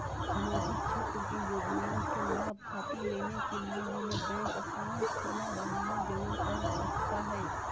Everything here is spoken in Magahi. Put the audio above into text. सामाजिक क्षेत्र की योजनाओं के लाभ खातिर लेने के लिए हमें बैंक अकाउंट खोला महिना जरूरी पड़ सकता है?